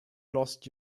lost